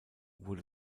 wurde